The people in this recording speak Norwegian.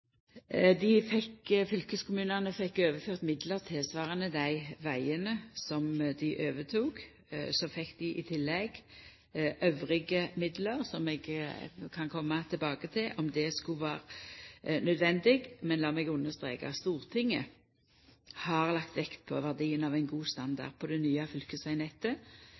dei vegane som dei overtok. Så fekk dei i tillegg midlar elles – som eg kan koma tilbake til, om det skulle vera nødvendig. Men lat meg understreka at Stortinget har lagt vekt på verdien av ein god standard på det nye